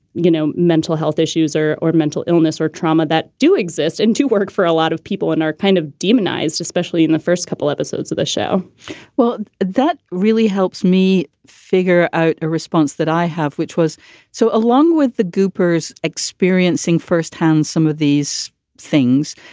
you know, mental health issues or or mental illness or trauma that do exist and to work for a lot of people and are kind of demonized, especially in the first couple episodes of the show well, that really helps me figure out a response that i have, which was so along with the groupers experiencing firsthand some of these things,